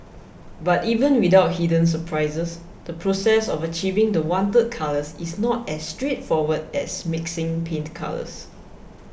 but even without hidden surprises the process of achieving the wanted colours is not as straightforward as mixing paint colours